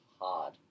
hard